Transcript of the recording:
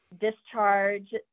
discharge